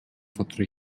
fatura